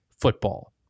football